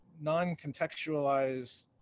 non-contextualized